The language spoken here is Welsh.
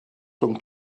rhwng